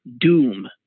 doom